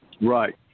Right